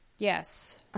Yes